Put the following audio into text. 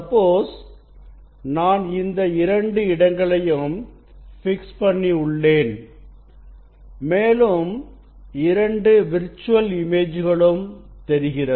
ஒருவேளை நான் இந்த இரண்டு இடங்களையும் பொருத்தி வைத்துள்ளேன் என்றால் மேலும் இந்த 2 விர்ச்சுவல் இமேஜ்களும் தெரிகிறது